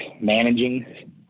managing